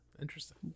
Interesting